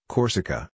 Corsica